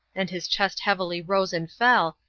and his chest heavily rose and fell,